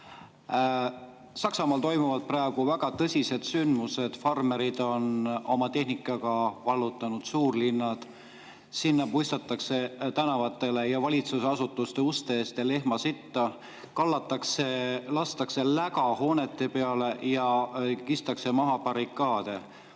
Saksamaal toimuvad praegu väga tõsised sündmused. Farmerid on oma tehnikaga vallutanud suurlinnad. Seal puistatakse tänavatele ja valitsusasutuste uste ette lehmasitta, lastakse läga hoonete peale ja kistakse maha barrikaade.